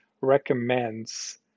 recommends